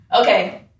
okay